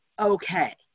okay